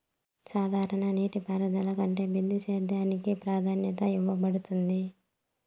సాధారణ నీటిపారుదల కంటే బిందు సేద్యానికి ప్రాధాన్యత ఇవ్వబడుతుంది